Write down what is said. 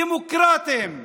דמוקרטיים,